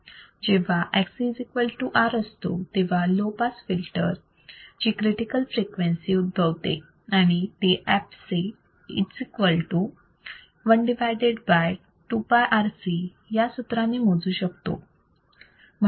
जेव्हा Xc R असतो तेव्हा लो पास फिल्टर ची क्रिटिकल फ्रिक्वेन्सी उद्भवते आणि ती fc 1 या सूत्राने मोजू शकतो